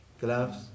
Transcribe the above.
Gloves